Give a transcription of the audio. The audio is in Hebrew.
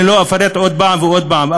אני לא אפרט עוד פעם ועוד פעם,